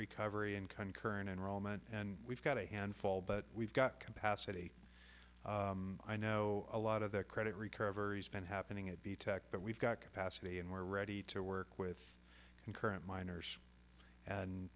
recovery and cunt current enrollment and we've got a handful but we've got capacity i know a lot of the credit recovery has been happening at the tech but we've got capacity and we're ready to work with the current miners and